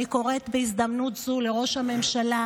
אני קוראת בהזדמנות זו לראש הממשלה,